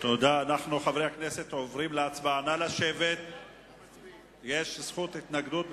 יש זכות התנגדות.